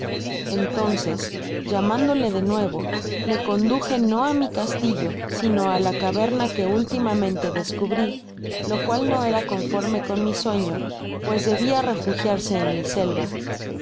entonces llamándole do nuevo le conduje no á mi castillo sino á la caverna que últimamente descubri lo cual no era conforme con mi sueno pues debia refugiarse en mi selva